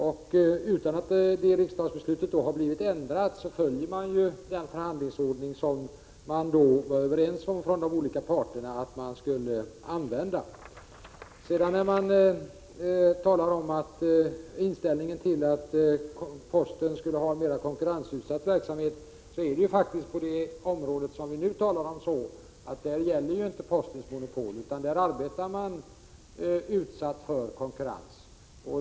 Eftersom det riksdagsbeslutet inte har blivit ändrat, följer man den förhandlingsordning som de olika parterna då kom överens om att använda. I vad gäller inställningen att posten borde ha en mer konkurrensutsatt verksamhet är det faktiskt så att postens monopol inte gäller inom det område vi nu diskuterar. Posten arbetar här utsatt för konkurrens.